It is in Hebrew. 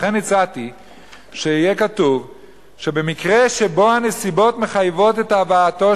לכן הצעתי שיהיה כתוב שבמקרה שבו הנסיבות מחייבות את הבאתו